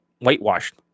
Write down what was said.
whitewashed